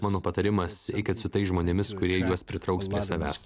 mano patarimas eikit su tais žmonėmis kurie juos pritrauks prie savęs